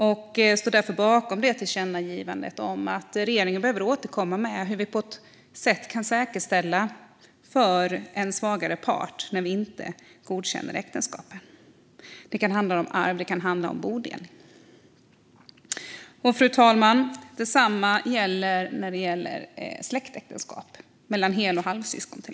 Vi står därför bakom tillkännagivandet om att regeringen behöver återkomma med förslag om hur vi kan säkerställa att den svagare partens intressen tas till vara när vi inte godkänner äktenskapet. Det kan till exempel handla om arv och bodelning. Fru talman! Detsamma gäller också släktäktenskap, till exempel mellan hel och halvsyskon.